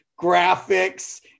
graphics